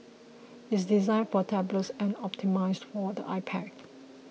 it is designed for tablets and optimised for the iPad